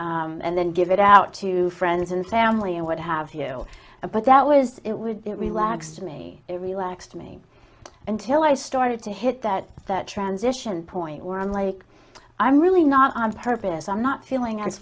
and then give it out to friends and family and what have you but that was it would relax me it relaxed me until i started to hit that that transition point where i'm like i'm really not on purpose i'm not feeling i